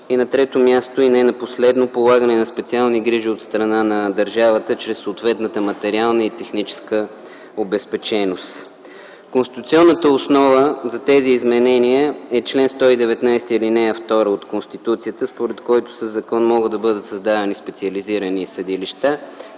на трето, но не на последно място – полагане на специални грижи от страна на държавата чрез съответната материална и техническа обезпеченост. Конституционната основа за тези изменения е чл. 119, ал. 2 от Конституцията, според който със закон могат да бъдат създадени специализирани съдилища,